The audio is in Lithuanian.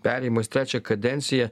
perėjimas trečią kadenciją